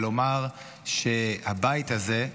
ולומר שהבית הזה,